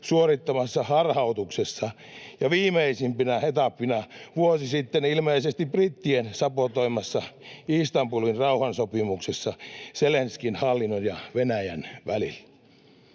suorittamassa harhautuksessa ja viimeisimpänä etappina vuosi sitten ilmeisesti brittien sabotoimassa Istanbulin rauhansopimuksessa Zelenskyin hallinnon ja Venäjän välillä.